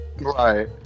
Right